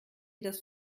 das